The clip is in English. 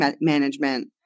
management